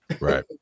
Right